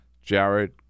Jared